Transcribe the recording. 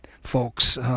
folks